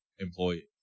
employee